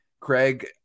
Craig